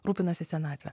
rūpinasi senatve